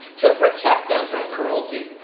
to protect them from cruelty!